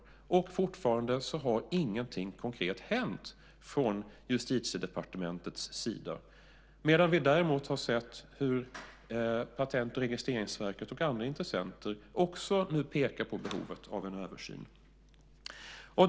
Fortfarande har ingenting konkret hänt från Justitiedepartementets sida. Däremot har vi sett hur också Patent och registreringsverket och andra intressenter nu pekar på behovet av en översyn.